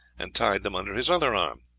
and tied them under his other arm.